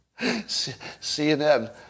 CNN